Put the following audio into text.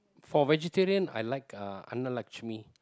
for vegetarian I like uh Annalakshmi